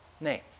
name